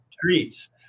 treats